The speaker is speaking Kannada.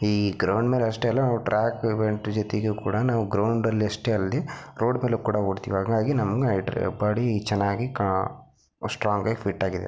ಈ ಗ್ರೌಂಡ್ ಮೇಲೆ ಅಷ್ಟೇ ಅಲ್ಲ ನಾವು ಟ್ರ್ಯಾಕ್ ಇವೆಂಟ್ ಜತೆಗೂ ಕೂಡ ನಾವು ಗ್ರೌಂಡಲ್ಲಷ್ಟೇ ಅಲ್ದೇ ರೋಡ್ ಮೇಲೂ ಕೂಡ ಓಡ್ತೀವಿ ಹಾಗಾಗಿ ನಮ್ಗೆ ಬಾಡಿ ಚೆನ್ನಾಗಿ ಕ ಸ್ಟ್ರಾಂಗಾಗಿ ಫಿಟ್ಟಾಗಿದೆ